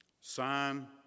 Sign